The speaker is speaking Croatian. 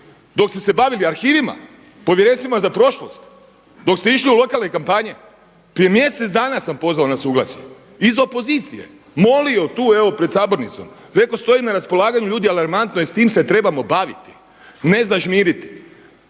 dok ste se bavili arhivima, povjerenstvima za prošlost, dok ste išli u lokalne kampanje, prije mjesec dana sam pozvao na suglasje iz opozicije, molio tu evo pred sabornicom, reko stojim na raspolaganju ljudi alarmantno je s tim se trebamo baviti, ne zažmiriti.